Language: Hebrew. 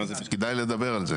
כדאי לדבר על זה.